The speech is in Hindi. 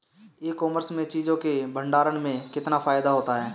ई कॉमर्स में चीज़ों के भंडारण में कितना फायदा होता है?